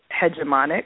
hegemonic